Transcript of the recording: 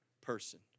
person